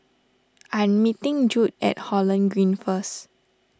I am meeting Jude at Holland Green first